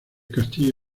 castillo